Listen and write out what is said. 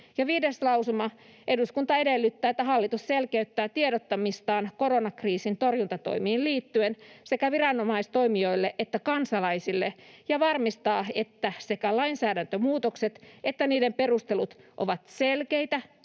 5. lausuma: ”Eduskunta edellyttää, että hallitus selkeyttää tiedottamistaan koronakriisin torjuntatoimiin liittyen sekä viranomaistoimijoille että kansalaisille ja varmistaa, että sekä lainsäädäntömuutokset että niiden perustelut ovat selkeitä